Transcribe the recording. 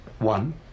One